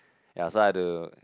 yea so I had to